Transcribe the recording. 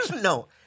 No